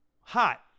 hot